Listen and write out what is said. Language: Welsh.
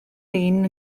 lin